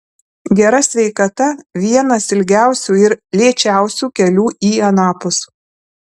gera sveikata vienas ilgiausių ir lėčiausių kelių į anapus